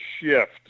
shift